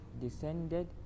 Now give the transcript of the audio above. descended